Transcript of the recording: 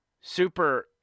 super